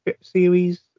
series